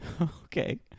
Okay